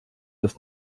ist